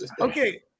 okay